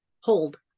hold